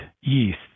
yeast